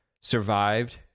survived